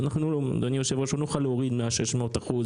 אדוני היושב-ראש, לא נוכל להוריד 300% מ-600%,